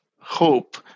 hope